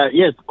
yes